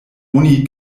oni